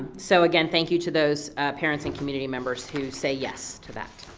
so again, thank you to those parents and community members who say yes to that.